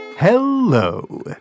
Hello